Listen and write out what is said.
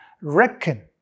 Reckon